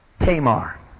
Tamar